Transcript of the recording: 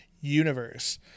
universe